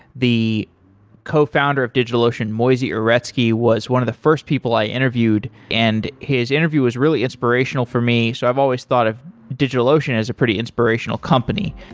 the cofounder of digitalocean, moisey uretsky, was one of the first people i interviewed, and his interview was really inspirational for me. so i've always thought of digitalocean as a pretty inspirational company.